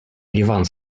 іван